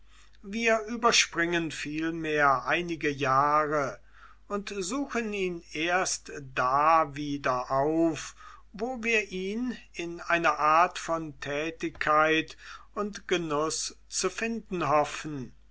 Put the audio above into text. wir überspringen vielmehr einige jahre und suchen ihn erst da wieder auf wo wir ihn in einer art von tätigkeit und genuß zu finden hoffen